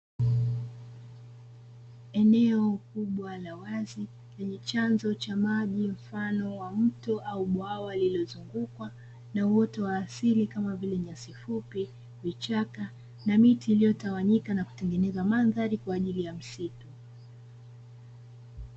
Eneo kubwa la wazi lenye chanzo cha maji mfano wa mto au bwawa lililozungukwa na uoto wa asili kama vile: nyasi fupi, vichaka na miti iliyotawanyika na kutengeneza mandhari kwa ajili ya msitu.